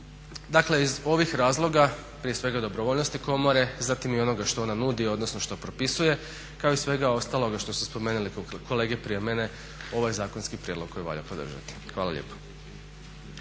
Dakle iz ovih razloga prije svega dobrovoljnosti komore, zatim i onog što ona nudi, odnosno što propisuje kao i sveg ostaloga što ste spomenuli poput kolege prije mene ovaj zakonski prijedlog koji valja podržati. Hvala lijepo.